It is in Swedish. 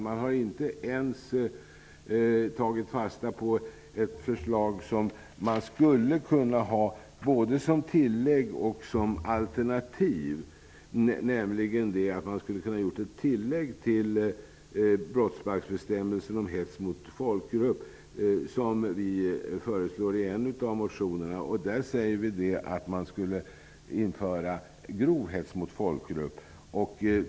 Man har inte ens tagit fasta på ett förslag som man skulle kunna ha både som tillägg och som alternativ, nämligen att man hade kunnat göra ett tillägg till brottsbalksbestämmelsen om hets mot folkgrupp. Vi föreslår detta i en av våra motioner. Vi menar att man skulle kunna införa ''grov hets mot folkgrupp''.